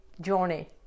journey